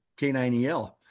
K9EL